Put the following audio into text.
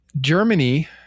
Germany